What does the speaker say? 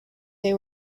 they